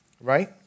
Right